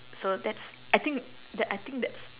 so that's I think that I think that's